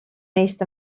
neist